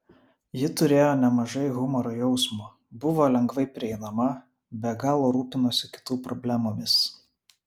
ji turėjo nemažai humoro jausmo buvo lengvai prieinama be galo rūpinosi kitų problemomis